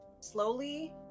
slowly